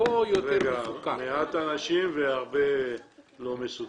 מעט אנשים והרבה אי סדר.